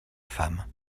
femmes